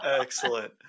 Excellent